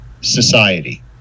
society